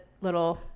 little